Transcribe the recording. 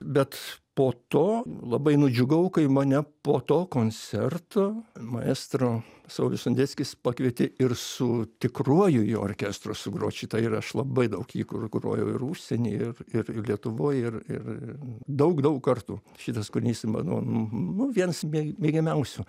bet po to labai nudžiugau kai mane po to koncerto maestro saulius sondeckis pakvietė ir su tikruoju jo orkestru sugrot tai ir aš labai daug jį kur grojau ir užsieny ir ir ir lietuvoj ir ir daug daug kartų šitas kūrinys mano nu vienas mėgiamiausių